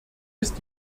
ist